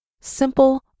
simple